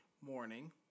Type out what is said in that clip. morning